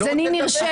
אני רוצה לדבר.